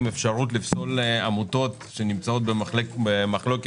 אפשרות לפסול עמותות שנמצאות במחלוקת